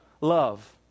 Love